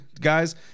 Guys